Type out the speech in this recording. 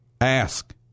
Ask